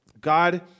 God